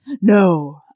No